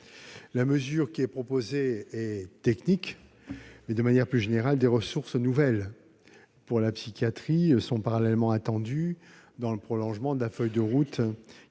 La mesure proposée est technique. De manière plus générale, des ressources nouvelles pour la psychiatrie sont parallèlement attendues dans le prolongement de la feuille de route